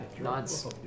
nods